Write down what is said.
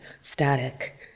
static